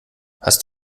hast